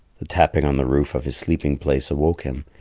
the tapping on the roof of his sleeping-place awoke him,